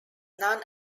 non